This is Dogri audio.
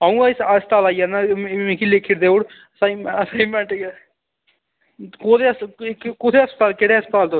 अ'ऊं गै इस अस्पताल आई जन्ना मिकी लिखियै देई ओड़ सर असाइनमैंट इ'यै कोह्दे अस कुत्थै अस्पताल केह्ड़े अस्पताल तुस